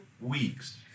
weeks